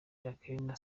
jacqueline